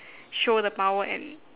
show the power and